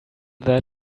that